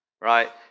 right